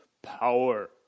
Power